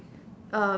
uh